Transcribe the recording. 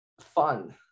Fun